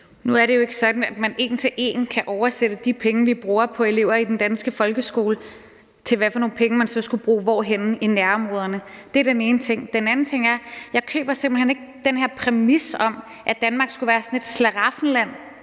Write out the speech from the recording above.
Nu er det jo ikke sådan, at man en til en kan oversætte, hvad vi bruger af penge på elever i den danske folkeskole, til, hvad vi så skulle bruge af penge i nærområderne. Det er den ene ting. Den anden ting er, at jeg simpelt hen ikke køber den her præmis om, at Danmark skulle være et slaraffenland